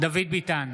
דוד ביטן,